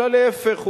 אלא להיפך,